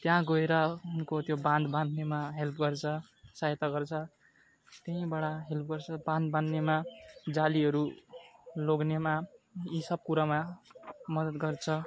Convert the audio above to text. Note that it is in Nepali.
त्यहाँ गएर उनको त्यो बाँध बाँध्नेमा हेल्प गर्छ सहायता गर्छ त्यहीँबाट हेल्प गर्छ बाँध बाँध्नेमा जालीहरू लैजानेमा यी सब कुरामा मदद गर्छ